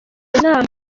inama